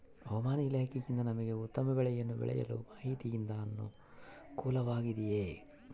ಹವಮಾನ ಇಲಾಖೆಯಿಂದ ನಮಗೆ ಉತ್ತಮ ಬೆಳೆಯನ್ನು ಬೆಳೆಯಲು ಮಾಹಿತಿಯಿಂದ ಅನುಕೂಲವಾಗಿದೆಯೆ?